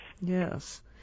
Yes